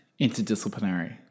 interdisciplinary